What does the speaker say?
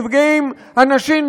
נפגעים אנשים,